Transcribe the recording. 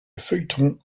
feuilleton